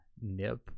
NIP